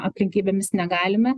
aplinkybėmis negalime